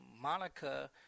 Monica